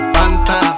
Fanta